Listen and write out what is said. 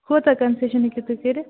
کوتاہ کنسیشن ہیٚکِو تُہۍ کٔرِتھ